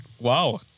Wow